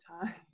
time